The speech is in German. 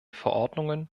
verordnungen